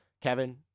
Kevin